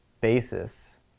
basis